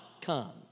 come